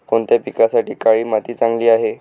कोणत्या पिकासाठी काळी माती चांगली आहे?